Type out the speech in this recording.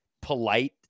polite